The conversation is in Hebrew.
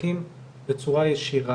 מתוך התוכנית האסטרטגית למטרופולין תל אביב